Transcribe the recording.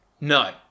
No